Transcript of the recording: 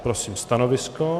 Prosím stanovisko?